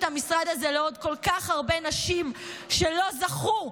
המשרד הזה לעוד כל כך הרבה נשים שלא זכו,